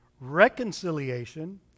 reconciliation